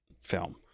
film